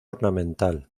ornamental